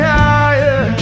higher